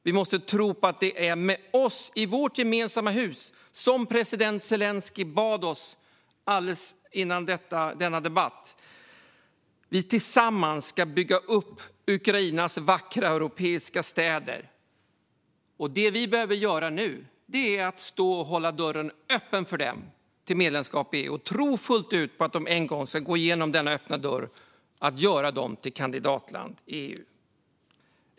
Vi måste tro att det är med oss i vårt gemensamma hus, så som president Zelenskyj bad oss alldeles före denna debatt, som vi tillsammans ska bygga upp Ukrainas vackra europeiska städer. Det vi nu behöver göra är att stå och hålla upp dörren för ett medlemskap öppen för dem. Vi måste fullt ut tro på att de en dag ska kunna gå in genom denna öppna dörr och göra dem till kandidatland i EU.